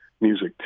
music